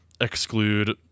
exclude